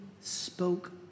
spoke